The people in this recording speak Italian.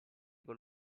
con